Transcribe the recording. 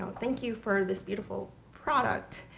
thank you for this beautiful product.